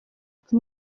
ati